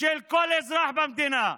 של כל אזרח במדינה,